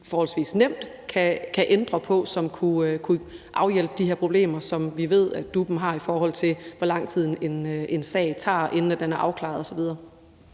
forholdsvis nemt kan ændre på, og som kunne afhjælpe de her problemer, som vi ved at DUP'en har, i forhold til hvor lang tid en sag tager, inden den er afklaret osv.